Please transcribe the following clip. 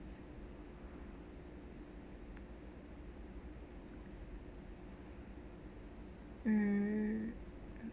mm